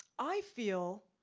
i feel,